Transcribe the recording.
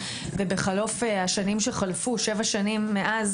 ובחלוף השנים שבע שנים מאז